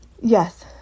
Yes